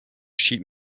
sheet